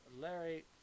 Larry